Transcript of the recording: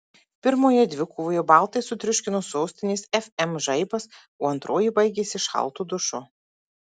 pirmoje dvikovoje baltai sutriuškino sostinės fm žaibas o antroji baigėsi šaltu dušu